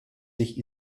sich